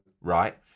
right